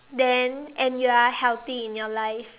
then and you are healthy in your life